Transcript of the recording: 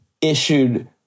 issued